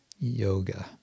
yoga